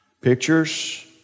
pictures